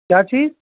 क्या चीज़